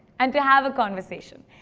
and to have a conversation.